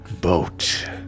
boat